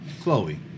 Chloe